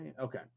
Okay